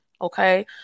okay